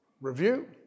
review